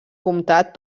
comtat